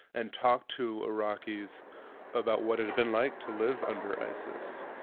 and talk to iraqis about what it'd been like to live under isis.